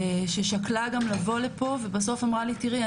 ששקלה גם לבוא לפה ואמרה לי: תראי,